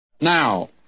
Now